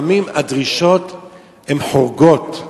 לפעמים הדרישות חורגות,